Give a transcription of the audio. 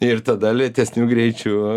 ir tada lėtesniu greičiu